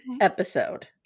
episode